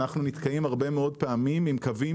אנחנו נתקעים הרבה מאוד פעמים עם קווים